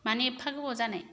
मानो एफा गोबाव जानाय